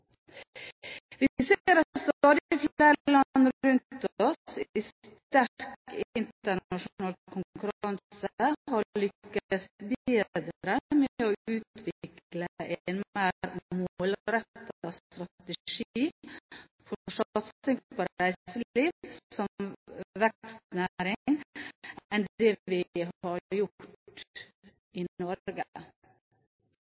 flere land rundt oss, i sterk internasjonal konkurranse, har lyktes bedre med å utvikle en mer målrettet strategi for satsing på reiseliv som vekstnæring enn det vi har gjort i Norge. Dette til tross for at regjeringen i begge Soria Moria-erklæringene har